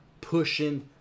pushing